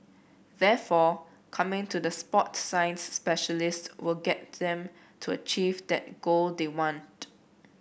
therefore coming to the sport science specialists will get them to achieve that goal they want